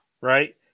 right